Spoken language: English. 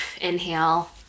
inhale